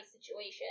situation